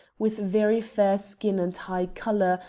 with very fair skin and high colour,